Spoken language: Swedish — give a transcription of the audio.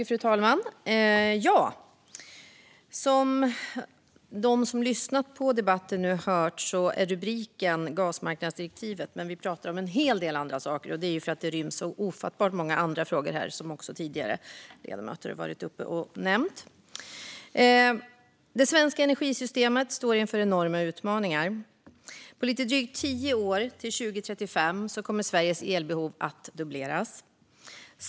Fru talman! Rubriken på betänkandet anger att debatten ska handla om gasmarknadsdirektivet, men som de som lyssnat på debatten hört pratar vi även om en hel del andra saker. Det är för att det ryms så ofattbart många andra frågor här, vilket också tidigare talare nämnt. Det svenska energisystemet står inför enorma utmaningar. På lite drygt tio år, till 2035, kommer Sveriges elbehov att dubbleras.